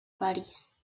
parís